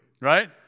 right